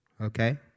Okay